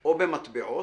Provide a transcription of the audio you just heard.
או במטבעות,